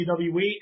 WWE